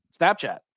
Snapchat